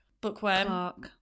bookworm